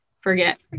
forget